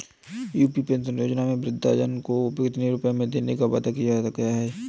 UP pension योजना में वृद्धजन को कितनी रूपये देने का वादा किया गया है?